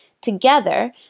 Together